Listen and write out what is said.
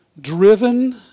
driven